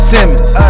Simmons